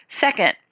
Second